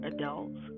adults